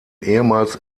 ehemals